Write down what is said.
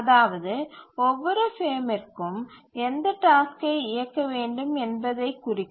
அதாவது ஒவ்வொரு பிரேமிற்கும் எந்த டாஸ்க்கை இயக்க வேண்டும் என்பதை குறிக்கும்